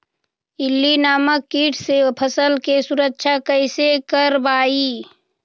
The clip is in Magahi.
इल्ली नामक किट से फसल के सुरक्षा कैसे करवाईं?